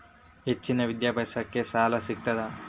ಹೆಚ್ಚಿನ ವಿದ್ಯಾಭ್ಯಾಸಕ್ಕ ಸಾಲಾ ಸಿಗ್ತದಾ?